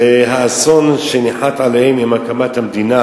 זה האסון שניחת עליהם עם הקמת המדינה,